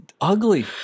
ugly